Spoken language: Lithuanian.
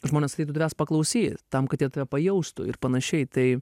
žmonės ateitų tavęs paklausyt tam kad jie pajaustų ir panašiai tai